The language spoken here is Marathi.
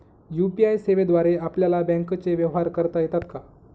यू.पी.आय सेवेद्वारे आपल्याला बँकचे व्यवहार करता येतात का?